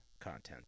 content